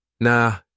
Nah